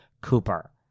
Cooper